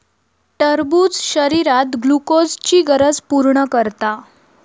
टरबूज शरीरात ग्लुकोजची गरज पूर्ण करता